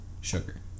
sugar